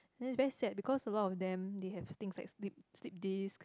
then is very sad because a lot of them they have things like slip slip disc